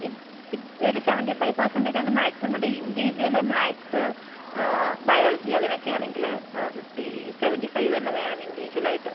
ഒരു seventy five percentage ആണ് maximum ഇവിടെ ഇന്റിവിജ്വല് മാത്സ് ബയോളജി അതിനൊക്കെ ആണെങ്കിൽ ഫിഫ്റ്റി സെവെന്റി ഫൈവ് തന്നെ വേണം ഇന്റിവിജ്വൽ ആയിട്ട്